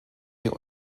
wir